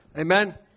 Amen